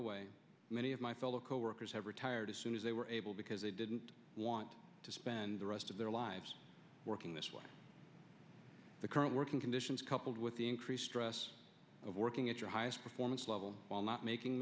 away many of my fellow coworkers have retired as soon as they were able because they didn't want to spend the rest of their lives working this way the current working conditions coupled with the increased stress of working at your highest performance level while not making a